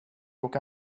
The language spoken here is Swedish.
och